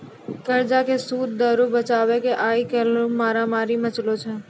कर्जा के सूद दरो के बचाबै के आइ काल्हि मारामारी मचलो छै